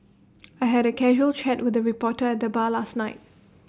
I had A casual chat with A reporter at the bar last night